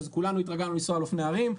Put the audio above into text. אז כולנו התרגלנו לנסוע על אופני הרים.